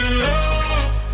love